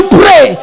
pray